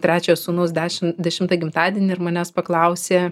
trečio sūnaus dešimt dešimtą gimtadienį ir manęs paklausė